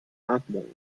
atmung